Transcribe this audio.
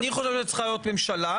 אני חושב שצריכה להיות הממשלה,